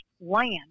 land